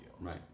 Right